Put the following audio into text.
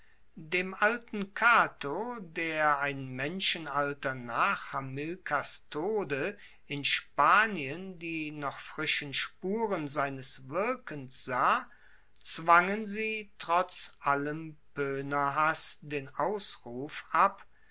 dem alten cato der ein menschenalter nach hamilkars tode in spanien die noch frischen spuren seines wirkens sah zwangen sie trotz allem poenerhass den ausruf ab